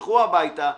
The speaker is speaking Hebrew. שתלכו הביתה,